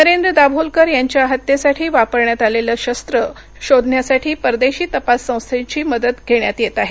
नरेंद्र दाभोलकर यांच्या हत्त्येसाठी वापरण्यात लेलं शस्त्र शोधण्यासाठी परदेशी तपास संस्थेची मदत घेण्यात येत आहे